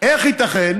איך ייתכן